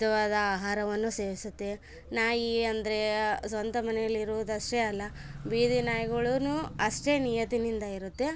ವಿಧವಾದ ಆಹಾರವನ್ನು ಸೇವಿಸುತ್ತೆ ನಾಯಿ ಅಂದರೆ ಸ್ವಂತ ಮನೆಯಲ್ಲಿರುವುದಷ್ಟೆ ಅಲ್ಲ ಬೀದಿ ನಾಯಿಗುಳೂ ಅಷ್ಟೆ ನಿಯತ್ತಿನಿಂದ ಇರುತ್ತೆ